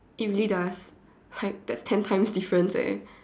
it really does like that's ten times difference eh